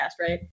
right